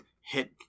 hit